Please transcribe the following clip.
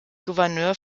gouverneur